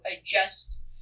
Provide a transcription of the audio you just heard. adjust